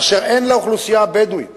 כאשר אין לאוכלוסייה הבדואית